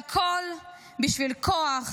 והכול בשביל כוח,